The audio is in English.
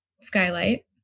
skylight